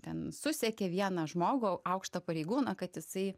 ten susekė vieną žmogų aukštą pareigūną kad jisai